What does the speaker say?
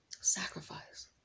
Sacrifice